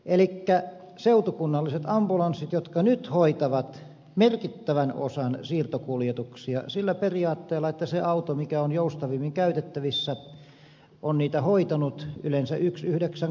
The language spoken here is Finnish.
elikkä seutukunnalliset ambulanssit jotka nyt hoitavat merkittävän osan siirtokuljetuksista sillä periaatteella että se auto mikä on joustavimmin käytettävissä on niitä hoitanut yleensä yksi yhdeksän